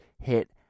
hit